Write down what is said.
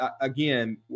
again